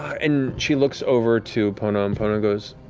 and she looks over to pono, and pono goes,